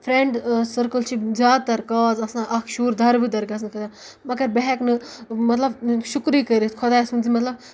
friend circle چھِ زیادٕتَر کاز آسان اَکھ شُر دَربٕدَر گژھنہٕ خٲطرٕ مگر بہٕ ہٮ۪کہٕ نہٕ مطلب شُکرُے کٔرِتھ خۄداے سُنٛد زِ مطلب